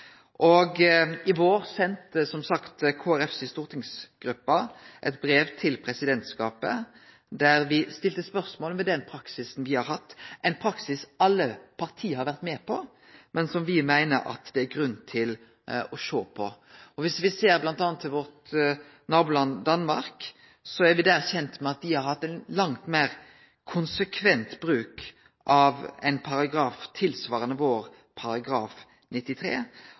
I våres sende, som sagt, Kristeleg Folkepartis stortingsgruppe eit brev til presidentskapet der me stilte spørsmål ved den praksisen me har hatt – ein praksis alle parti har vore med på, men som me meiner at det er grunn til å sjå på. Dersom me ser bl.a. til vårt naboland Danmark, er me der kjende med at dei har hatt ein langt meir konsekvent bruk av ein paragraf tilsvarande vår § 93.